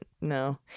no